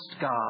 God